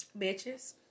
Bitches